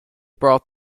brought